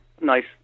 nice